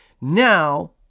Now